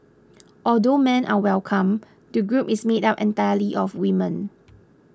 although men are welcome the group is made up entirely of women